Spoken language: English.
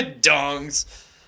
Dongs